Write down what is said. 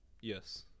Yes